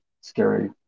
scary